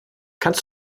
kannst